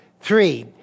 Three